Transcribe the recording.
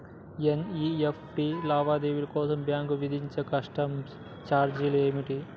NEFT లావాదేవీల కోసం bank విధించే కస్టమర్ ఛార్జీలు ఏమిటి?